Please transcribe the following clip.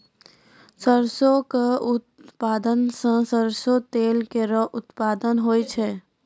सरसों क उत्पादन सें सरसों तेल केरो उत्पादन होय छै